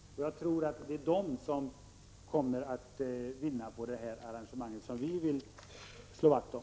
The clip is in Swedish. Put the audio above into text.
Jag tror att det är de som kommer att vinna på detta arrangemang som vi vill slå vakt om.